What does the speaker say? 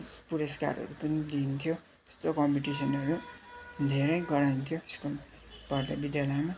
पुरस्कारहरू पनि दिइन्थ्यो त्यस्तो कम्पिटिसनहरू धेरै गराइन्थ्यो स्कुल पढ्दा विद्यालयमा